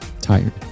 tired